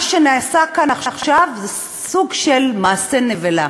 מה שנעשה כאן עכשיו זה סוג של מעשה נבלה,